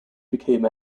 became